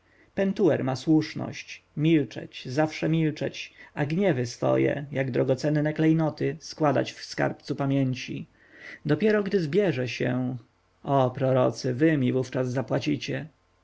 pentuer ma słuszność milczeć zawsze milczeć a gniewy swoje jak drogocenne klejnoty składać w skarbcu pamięci dopiero gdy zbierze się o prorocy wy mi wówczas zapłacicie